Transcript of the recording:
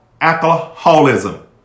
alcoholism